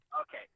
okay